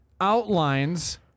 outlines